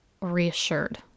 reassured